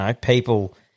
people